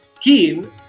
keen